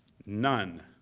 none.